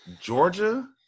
Georgia